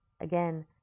Again